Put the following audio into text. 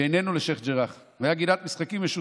בינינו לשייח' ג'ראח, והייתה גינת משחקים משותפת,